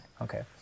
Okay